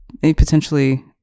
potentially